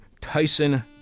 Tyson